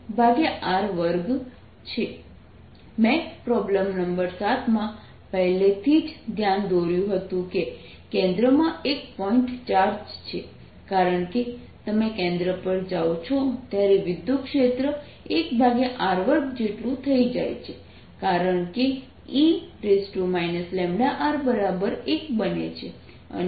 ρ0 r C0e λrr2 મેં problem number 7 માં પહેલેથી જ ધ્યાન દોર્યું હતું કે કેન્દ્રમાં એક પોઇન્ટ ચાર્જ છે કારણ કે તમે કેન્દ્ર પર જાઓ છો ત્યારે વિદ્યુતક્ષેત્ર 1r2 જેટલું થઈ જાય છે કારણ કે e λr1 બને છે